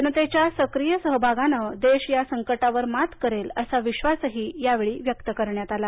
जनतेच्या सक्रीय सहभागानं देश या संकटावर मात करेल असा विश्वासही या वेळी व्यक्त करण्यात आला